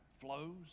flows